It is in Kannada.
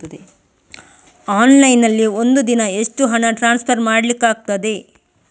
ಆನ್ಲೈನ್ ನಲ್ಲಿ ಒಂದು ದಿನ ಎಷ್ಟು ಹಣ ಟ್ರಾನ್ಸ್ಫರ್ ಮಾಡ್ಲಿಕ್ಕಾಗ್ತದೆ?